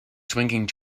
swinging